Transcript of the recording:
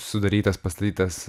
sudarytas pastatytas